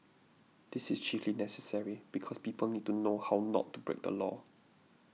this is chiefly necessary because people need to know how not to break the law